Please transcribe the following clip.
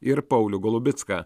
ir paulių golubicką